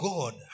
God